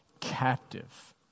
captive